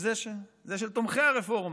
שזה של תומכי הרפורמה,